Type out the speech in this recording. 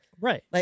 Right